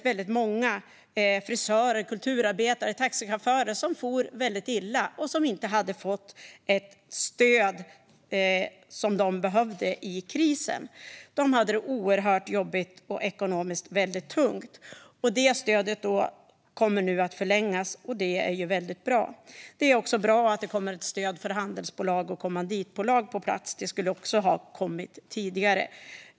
Väldigt många frisörer, kulturarbetare och taxichaufförer for illa och hade inte fått det stöd som de behövde i krisen. De hade det oerhört jobbigt och ekonomiskt väldigt tungt. Stödet till dem kommer nu att förlängas, vilket är väldigt bra. Det är också bra att det kommer ett stöd till handelsbolag och kommanditbolag på plats. Även detta skulle ha kommit tidigare.